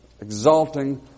Exalting